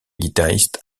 guitariste